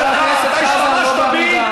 חבר הכנסת אורן, חבר הכנסת חזן, לא בעמידה.